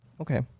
Okay